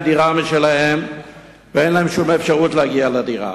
דירה משלהם ואין להם שום אפשרות להגיע לדירה.